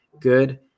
good